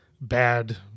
bad